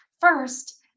First